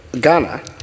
Ghana